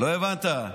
לא הבנת.